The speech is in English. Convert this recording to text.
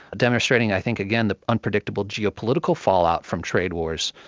demonstrating i think, again, the unpredictable geo-political fallout from trade wars,